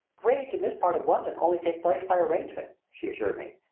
raids in this part of london only take place by arrangement, she assured me.